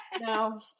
no